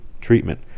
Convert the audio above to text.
treatment